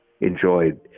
enjoyed